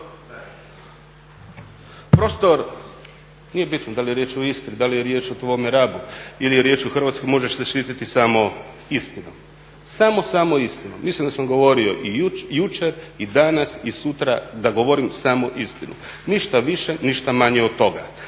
Prostor nije bitno da li je riječ o Istri, da li je riječ o tvome Rabu ili je riječ o Hrvatskoj možeš se štititi samo istinom, samo samo istinom. Mislim da sam govorio i jučer i danas i sutra da govorim samo istinu, ništa više, ništa manje od toga.